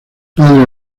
padre